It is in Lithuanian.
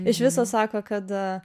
iš viso sako kad